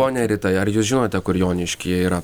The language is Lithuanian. pone rita ar jūs žinote kur joniškyje yra